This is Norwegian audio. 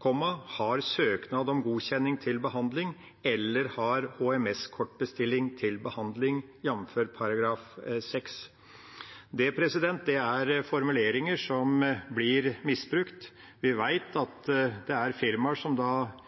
har søknad om godkjenning til behandling eller har HMS-kortbestilling til behandling, jf. Det er formuleringer som blir misbrukt. Vi vet at det er firmaer som